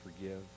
forgive